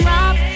Rob